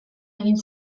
egin